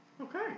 Okay